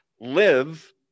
live